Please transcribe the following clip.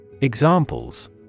Examples